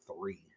three